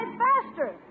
faster